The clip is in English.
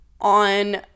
on